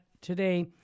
today